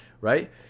right